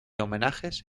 homenajes